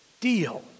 deal